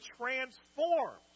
transformed